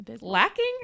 lacking